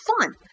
fun